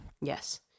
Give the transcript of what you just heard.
Yes